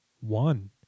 one